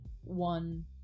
one